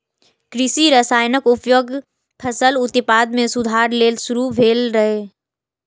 कृषि रसायनक उपयोग फसल उत्पादन मे सुधार लेल शुरू भेल रहै